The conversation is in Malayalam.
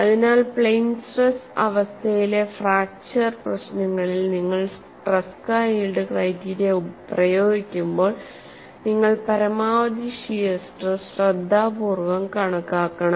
അതിനാൽ പ്ലെയ്ൻ സ്ട്രെസ് അവസ്ഥയിലെ ഫ്രാക്ച്ചർ ് പ്രശ്നങ്ങളിൽ നിങ്ങൾ ട്രെസ്ക യീൽഡ് ക്രൈറ്റീരിയ പ്രയോഗിക്കുമ്പോൾ നിങ്ങൾ പരമാവധി ഷിയർ സ്ട്രെസ് ശ്രദ്ധാപൂർവ്വം കണക്കാക്കണം